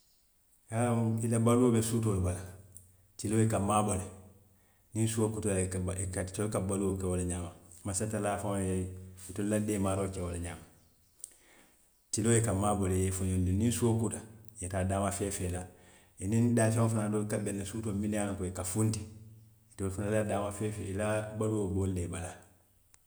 I ye a loŋ i la baluo be suutoo le bala, tiloo i ka maabo le, niŋ suo kuuta le i ka itelu tka baluo ke wo le ñaama, mansa tallaa faŋo ye itelu la deemaaroo ke wo le ñaama, tiloo i ka maabo le, i ye i fo ñondiŋ niŋ suo kuuta, i ye taa daama feefee la, i niŋ daafeŋo fanaŋ doolu ka beŋ ne suutoo minnu a loŋ suutoo i ka funti, itelu fanaŋ na daama feefee i la baluo be wolu le bala